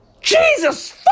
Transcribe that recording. Jesus